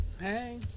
hey